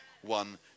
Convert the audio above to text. one